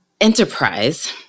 enterprise